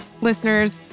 listeners